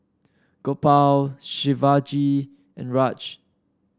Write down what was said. Gopal Shivaji and Raj